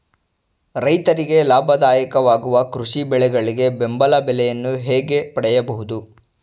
ರೈತರಿಗೆ ಲಾಭದಾಯಕ ವಾಗುವ ಕೃಷಿ ಬೆಳೆಗಳಿಗೆ ಬೆಂಬಲ ಬೆಲೆಯನ್ನು ಹೇಗೆ ಪಡೆಯಬಹುದು?